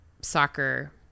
soccer